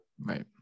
Right